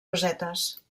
rosetes